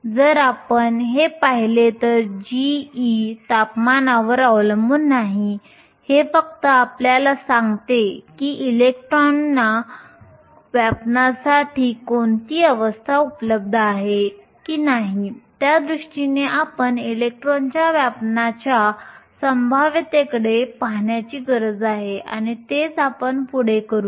जर आपण हे पहिले तर g तापमानावर अवलंबून नाही हे फक्त अपल्याला सांगते की इलेक्ट्रॉनांना व्यापण्यासाठी कोणती अवस्था उपलब्ध आहे कि नाही त्यादृष्टीने आपण इलेक्ट्रॉनच्या व्यापण्याच्या संभाव्यतेकडे पाहण्याची गरज आहे आणि तेच आपण पुढे करू